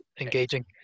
engaging